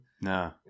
No